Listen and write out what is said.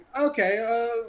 okay